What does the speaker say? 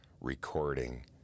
recording